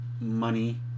money